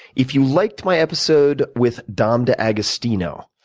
if you liked my episode with dom d'agostino,